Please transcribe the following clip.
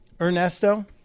Ernesto